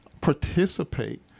participate